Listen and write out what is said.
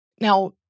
Now